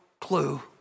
clue